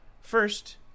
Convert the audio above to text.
First